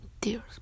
tears